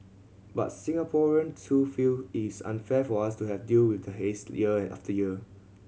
but Singaporean too feel is unfair for us to have deal with the haze year after year